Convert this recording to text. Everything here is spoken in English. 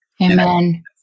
Amen